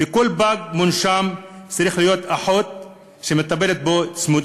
על כל פג מונשם צריכה להיות אחות צמודה שמטפלת בו,